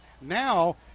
Now